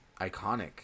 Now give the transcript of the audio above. iconic